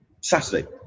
Saturday